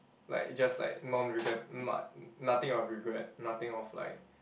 like just like non regret not nothing of regret nothing of like